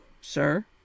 sir